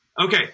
Okay